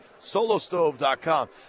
solostove.com